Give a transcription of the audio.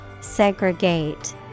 Segregate